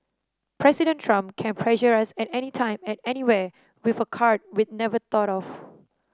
President Trump can pressure us at anytime at anywhere with a card we'd never thought of